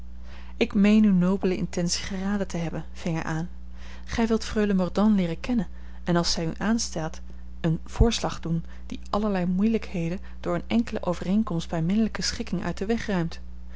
ik meen uwe nobele intentie geraden te hebben ving hij aan gij wilt freule mordaunt leeren kennen en als zij u aanstaat een voorslag doen die allerlei moeielijkheden door eene enkele overeenkomst bij minnelijke schikking uit den weg ruimt